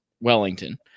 Wellington